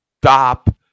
stop